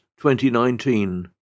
2019